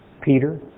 Peter